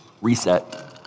reset